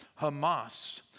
Hamas